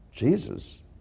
Jesus